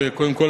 וקודם כול,